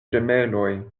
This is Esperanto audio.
ĝemeloj